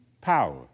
power